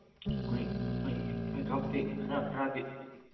ꯍꯣꯏ ꯍꯣꯏ ꯃꯦꯀꯞꯇꯤ ꯈꯔ ꯈꯔꯗꯤ